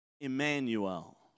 Emmanuel